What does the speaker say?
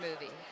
movie